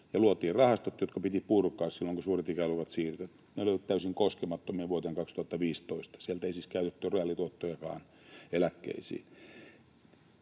se. Luotiin rahastot, jotka piti purkaa silloin, kun suuret ikäluokat siirtyivät. Ne olivat täysin koskemattomia vuoteen 2015. Sieltä ei siis käytetty reaalituottojakaan eläkkeisiin.